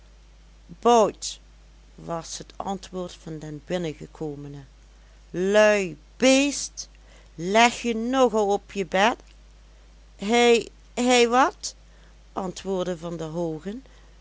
bout was het antwoord van den binnengekomene lui beest legje nog al op je bed hei hei wat antwoordde van der hoogen